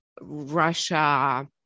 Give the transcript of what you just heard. Russia